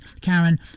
Karen